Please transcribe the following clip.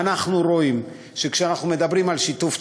אנחנו רואים שכשאנחנו מדברים על שיתוף ציבור,